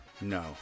No